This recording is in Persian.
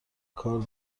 کار